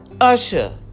Usher